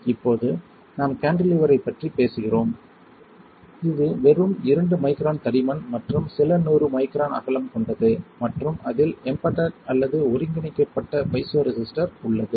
இப்போது நாம் கான்டிலீவரைப் பற்றி பேசுகிறோம் இது வெறும் 2 மைக்ரான் தடிமன் மற்றும் சில நூறு மைக்ரான் அகலம் கொண்டது மற்றும் அதில் எம்பெட்அட் அல்லது ஒருங்கிணைக்கப்பட்ட பைசோரேசிஸ்டர் உள்ளது